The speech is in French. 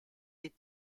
les